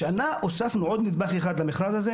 השנה הוספנו עוד נדבך אחד למכרז הזה.